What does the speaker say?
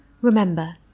Remember